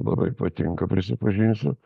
labai patinka prisipažinsiu